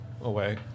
away